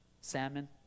Salmon